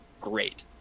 great